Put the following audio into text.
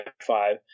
five